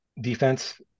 Defense